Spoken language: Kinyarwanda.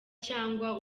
cyangwa